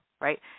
right